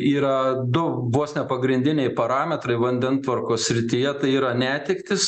yra du vos ne pagrindiniai parametrai vandentvarkos srityje tai yra netektys